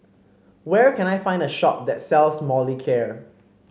where can I find a shop that sells Molicare